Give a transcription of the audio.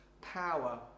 power